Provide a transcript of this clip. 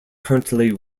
currently